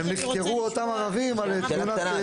אני רוצה לשמוע --- שאלה קטנה,